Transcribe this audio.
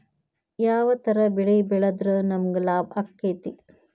ಯಾವ ತರ ಬೆಳಿ ಬೆಳೆದ್ರ ನಮ್ಗ ಲಾಭ ಆಕ್ಕೆತಿ?